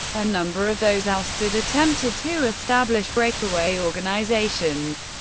a number of those ousted attempted to establish breakaway organizations,